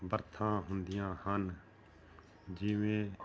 ਬਰਥਾਂ ਹੁੰਦੀਆਂ ਹਨ ਜਿਵੇਂ